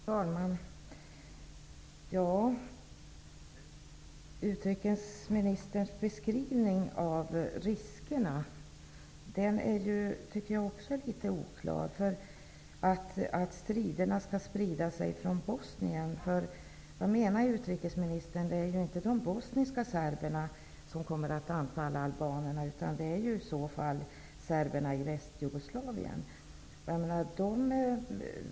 Fru talman! Utrikesministerns beskrivning av riskerna -- att striderna skall sprida sig från Bosnien -- är också litet oklar. Vad menar utrikesministern? Det är ju inte de bosniska serberna som kommer att anfalla albanerna, utan det är ju i så fall serberna i Restjugoslavien.